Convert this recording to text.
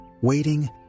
Waiting